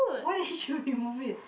why didn't you remove it